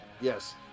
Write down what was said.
Yes